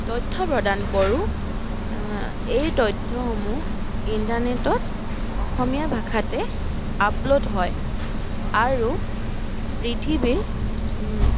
তথ্য প্ৰদান কৰোঁ এই তথ্যসমূহ ইণ্টাৰনেটত অসমীয়া ভাষাতে আপলোড হয় আৰু পৃথিৱীৰ